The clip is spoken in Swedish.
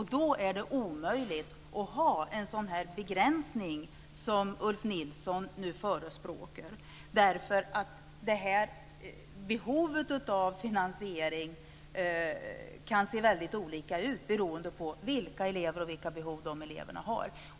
Då är det omöjligt att ha en sådan begränsning som Ulf Nilsson nu förespråkar. Behovet av finansiering kan se väldigt olika ut beroende på vilka eleverna är och vilka behov de har.